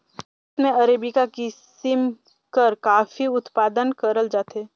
भारत में अरेबिका किसिम कर काफी उत्पादन करल जाथे